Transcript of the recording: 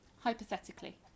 Hypothetically